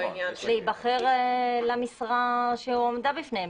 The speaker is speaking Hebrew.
ולהיבחר למשרה שהועמדה בפניהם,